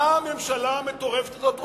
מה הממשלה המטורפת הזאת רוצה?